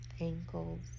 ankles